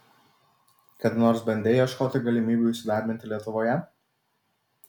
kada nors bandei ieškoti galimybių įsidarbinti lietuvoje